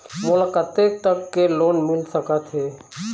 मोला कतेक तक के लोन मिल सकत हे?